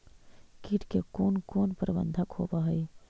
किट के कोन कोन प्रबंधक होब हइ?